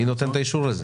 מי נותן את האישור הזה?